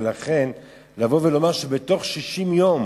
ולכן לבוא ולומר שבתוך 60 יום